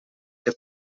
que